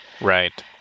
Right